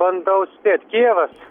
bandau spėt kijevas